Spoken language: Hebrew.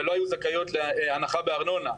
ולא היו זכאיות להנחה בארנונה,